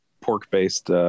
pork-based